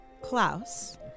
Klaus